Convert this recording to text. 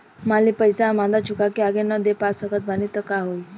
मान ली पईसा हम आधा चुका के आगे न दे पा सकत बानी त का होई?